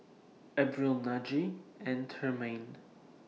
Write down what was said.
Abril Najee and Tremaine